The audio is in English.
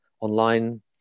online